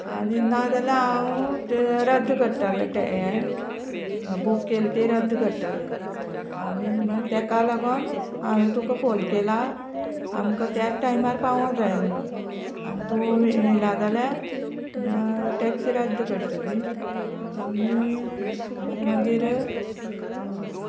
आनी नाजाल्या हांव तें रद्द करताले तें हे बूक केले ती रद्द करतले आनी म्हळ्यार तेका लागोन हांवें तुका फोन केला आमकां त्यात टायमार पावो जाय म्हणून आनी तूं येना जाल्या टॅक्सी रद्द करतली आनी मागीर